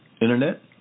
internet